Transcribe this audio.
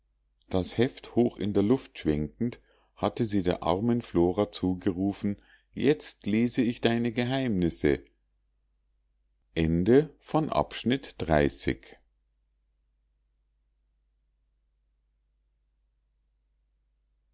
das heft hoch in der luft schwenkend hatte sie der armen flora zugerufen jetzt lese ich deine geheimnisse